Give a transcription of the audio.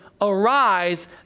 Arise